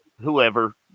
whoever